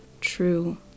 true